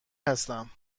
هستم